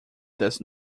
does